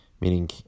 Meaning